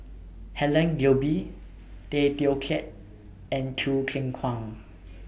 Helen Gilbey Tay Teow Kiat and Choo Keng Kwang